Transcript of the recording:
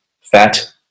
fat